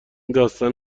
داستان